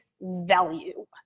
value